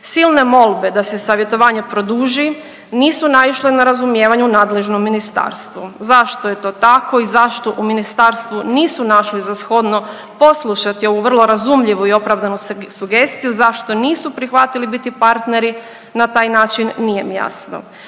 Silne molbe da se savjetovanje produži nisu naišle na razumijevanje u nadležnom ministarstvu. Zašto je to tako i zašto u ministarstvu nisu našli za shodno poslušati ovu vrlo razumljivu i opravdanu sugestiju, zašto nisu prihvatili biti partneri na taj način nije mi jasno.